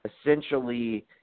essentially